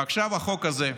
עכשיו החוק הזה.